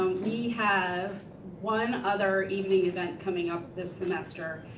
ah we have one other evening event coming up this semester.